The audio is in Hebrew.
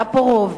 היה פה רוב.